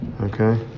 Okay